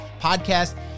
podcast